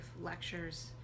lectures